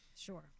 sure